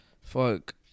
Fuck